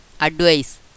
advice